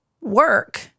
work